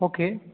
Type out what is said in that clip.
okay